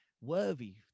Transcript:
worthy